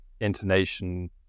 intonation